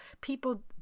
People